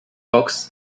vox